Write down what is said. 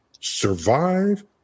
survive